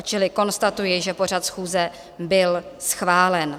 Čili konstatuji, že pořad schůze byl schválen.